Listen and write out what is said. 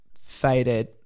faded